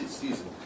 season